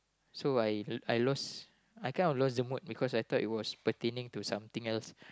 so I I lost I kind of lost the mood because I thought it was pertaining to something else